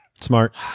Smart